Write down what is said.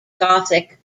gothic